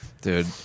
Dude